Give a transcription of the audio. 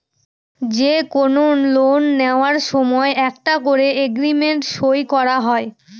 যে কোনো লোন নেওয়ার সময় একটা করে এগ্রিমেন্ট সই করা হয়